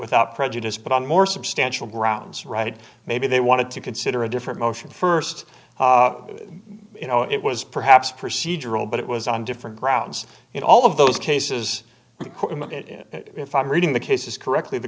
without prejudice but on more substantial grounds right maybe they wanted to consider a different motion st you know it was perhaps procedural but it was on different grounds in all of those cases if i'm reading the cases correctly the